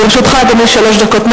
לרשותך, אדוני, שלוש דקות.